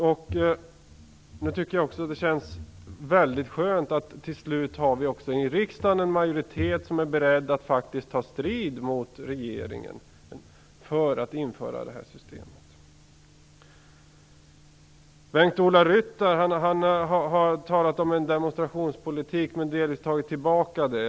Jag tycker att det känns väldigt skönt att vi i riksdagen till slut faktiskt har en majoritet som är beredd att ta strid mot regeringen för att införa detta system. Bengt-Ola Ryttar talade om en demonstrationspolitik, men tog delvis tillbaka det påståendet.